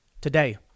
today